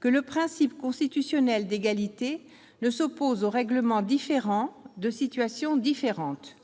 que le principe constitutionnel d'égalité ne s'oppose pas au règlement différent de situations différentes,